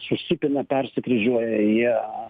susipina persikryžiuoja jie